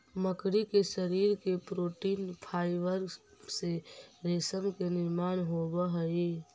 मकड़ी के शरीर के प्रोटीन फाइवर से रेशम के निर्माण होवऽ हई